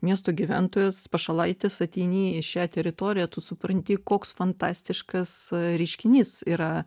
miesto gyventojas pašalaitis ateini į šią teritoriją tu supranti koks fantastiškas reiškinys yra